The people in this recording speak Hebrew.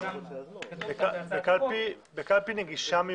וגם כתוב בהצעת החוק --- בקלפי נגישה,